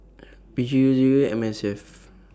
P G U Zero M S F